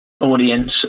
audience